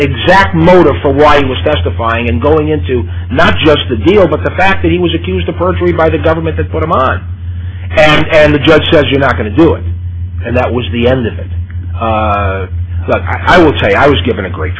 exact motive for why he was testifying and going into not just the deal but the fact that he was accused of perjury by the government that put him on hand and the judge says you're not going to do it and that was the end of it but i will tell you i was given a great